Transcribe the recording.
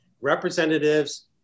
representatives